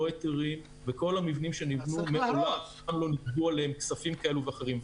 היתרים ולא נגבו עליהם כספים כאלה ואחרים.